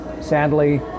sadly